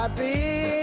ah be